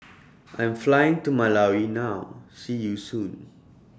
I'm Flying to Malawi now See YOU Soon